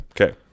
Okay